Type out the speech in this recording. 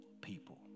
people